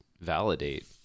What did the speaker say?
validate